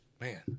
Man